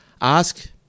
ask